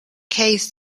case